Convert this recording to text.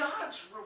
God's